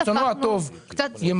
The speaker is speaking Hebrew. אין